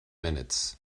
minutes